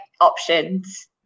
options